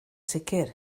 sicr